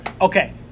Okay